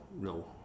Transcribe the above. No